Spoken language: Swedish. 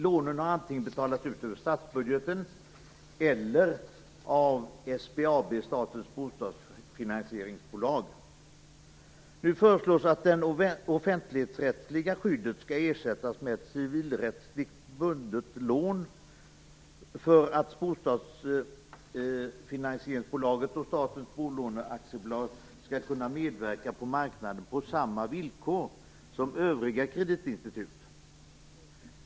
Lånen har antingen betalats ut över statsbudgeten eller av SBAB, Statens Bostadsfinansieringsaktiebolag. Nu föreslås att det offentligrättsliga skyddet skall ersättas med ett civilrättsligt bundet lån för att Statens Bostadsfinansieringsaktiebolag och Statens Bolåneaktiebolag skall kunna medverka på marknaden på samma villkor som övriga kreditinstitut.